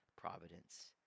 providence